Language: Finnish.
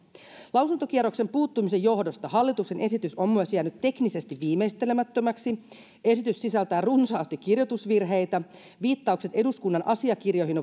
lausuntokierroksen puuttumisen johdosta hallituksen esitys on myös jäänyt teknisesti viimeistelemättömäksi esitys sisältää runsaasti kirjoitusvirheitä viittaukset eduskunnan asiakirjoihin